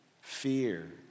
fear